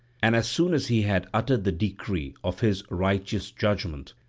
and as soon as he had uttered the decree of his righteous judgement,